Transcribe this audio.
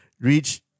Reach